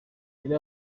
yari